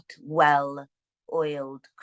well-oiled